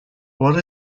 what